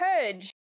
purge